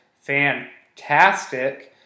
fantastic